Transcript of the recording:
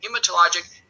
hematologic